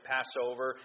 Passover